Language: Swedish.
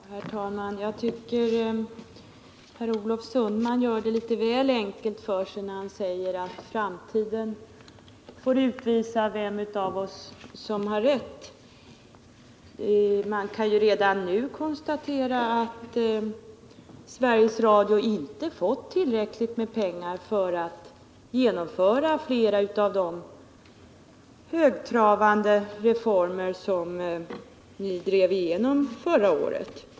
Herr talman! Jag tycker att Per Olof Sundman gör det litet väl enkelt för sig när han säger att framtiden får utvisa vem av oss som har rätt. Man kan ju redan nu konstatera att Sveriges Radio inte fått tillräckligt med pengar för att genomföra flera av de högtravande reformer som ni drev igenom förra året.